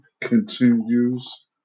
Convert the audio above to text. continues